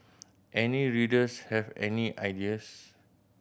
any readers have any ideas